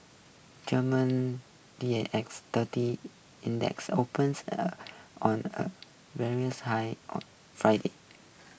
Germany D A X thirty index opens a on a high on Friday